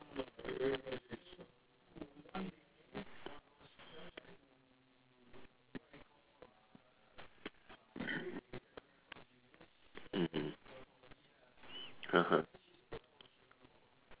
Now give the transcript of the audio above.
mmhmm (uh huh)